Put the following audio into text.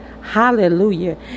Hallelujah